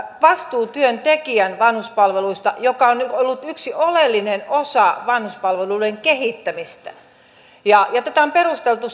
vastuutyöntekijän vanhuspalveluista joka on ollut yksi oleellinen osa vanhuspalveluiden kehittämistä tätä on perusteltu